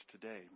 today